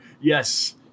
Yes